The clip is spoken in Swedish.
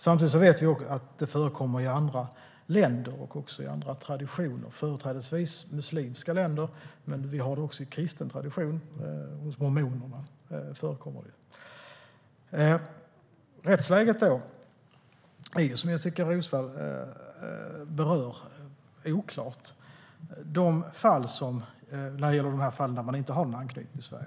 Samtidigt vet vi att det förekommer i andra länder och traditioner, företrädesvis i muslimska länder, men det finns också i kristen tradition, hos mormonerna. Som Jessika Roswall berörde är rättsläget oklart i de fall där man inte har någon anknytning till Sverige.